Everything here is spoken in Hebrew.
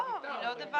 היא לא דבר